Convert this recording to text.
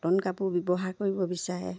cotton কাপোৰ ব্যৱহাৰ কৰিব বিচাৰে